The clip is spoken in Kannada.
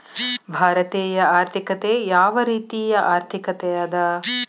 ಭಾರತೇಯ ಆರ್ಥಿಕತೆ ಯಾವ ರೇತಿಯ ಆರ್ಥಿಕತೆ ಅದ?